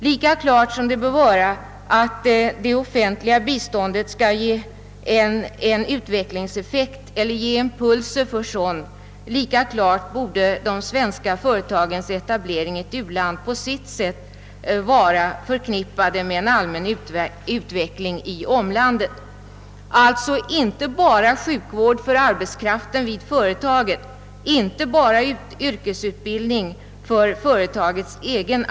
Lika klart som det bör vara att det offentliga biståndet skall ge en utvecklingseffekt eller en impuls till utveckling, lika naturligt är det att de svenska företagens etablering i ett u-land på sikt borde vara förknippad med en allmän utveckling i landet. Det är alltså inte bara företagets egen arbetskraft som skall ha sjukvård och yrkesutbildning.